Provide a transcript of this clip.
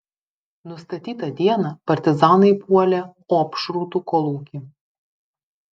nustatytą dieną partizanai puolė opšrūtų kolūkį